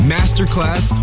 Masterclass